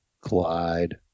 Clyde